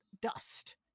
dust